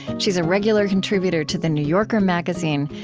she's a regular contributor to the new yorker magazine.